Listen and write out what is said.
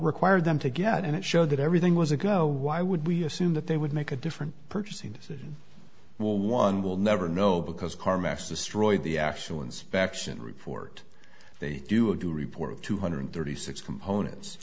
required them to get and it showed that everything was a go why would we assume that they would make a different purchasing decision will one will never know because carmex destroyed the actual inspection report they do a do report of two hundred thirty six components